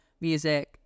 music